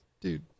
Dude